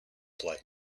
play